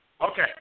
Okay